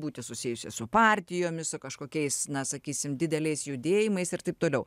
būti susijusi su partijomis su kažkokiais na sakysim dideliais judėjimais ir taip toliau